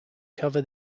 cover